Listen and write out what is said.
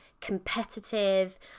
competitive